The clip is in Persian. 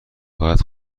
باید